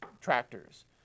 tractors